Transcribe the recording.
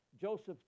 Joseph